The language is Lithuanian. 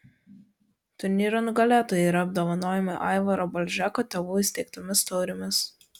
turnyro nugalėtojai yra apdovanojami aivaro balžeko tėvų įsteigtomis taurėmis